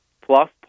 plus